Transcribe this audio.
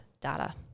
data